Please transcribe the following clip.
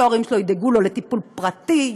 שההורים שלו ידאגו לו לטיפול פרטי,